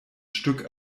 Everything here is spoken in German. stück